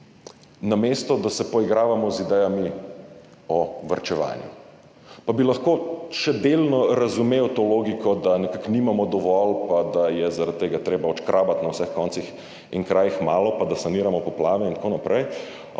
namesto da se poigravamo z idejami o varčevanju. Pa bi lahko še delno razumel to logiko, da nekako nimamo dovolj, pa da je zaradi tega treba odškrabati na vseh koncih in krajih malo, pa da saniramo poplave in tako naprej,